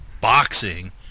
boxing